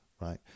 right